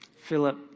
Philip